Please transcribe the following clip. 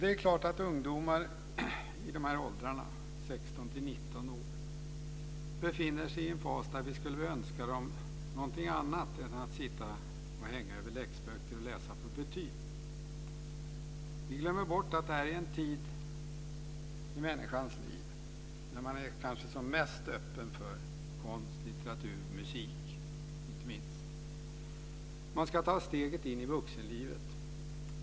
Det är klart att ungdomar i de här åldrarna, 16-19 år, befinner sig i en fas där vi skulle önska dem någonting annat än att sitta och hänga över läxböcker och läsa för betyg. Vi glömmer bort att det här är en tid i människans liv när man kanske är som mest öppen för konst, litteratur och inte minst musik. Man ska ta steget in i vuxenlivet.